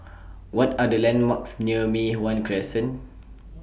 What Are The landmarks near Mei Hwan Crescent